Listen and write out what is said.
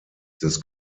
des